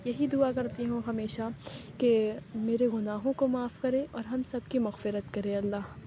یہی دعا کرتی ہوں ہمیشہ کہ میرے گناہوں کو معاف کرے اور ہم سب کی مغفرت کرے اللہ